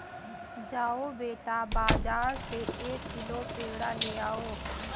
जाओ बेटा, बाजार से एक किलो पेड़ा ले आओ